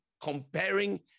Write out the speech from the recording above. Comparing